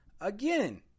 again